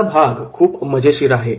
पुढचा भाग खूपच मजेशीर आहे